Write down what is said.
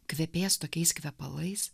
kvepės tokiais kvepalais